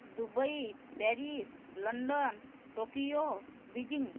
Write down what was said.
Dubai Paris London Tokyo Beijing